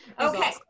okay